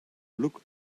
look